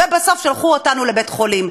ובסוף שלחו אותנו לבית-חולים.